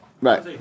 Right